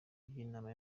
by’inama